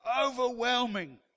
overwhelming